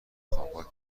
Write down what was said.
خوابگاه